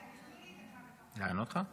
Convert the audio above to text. לענות לך?